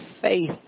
faith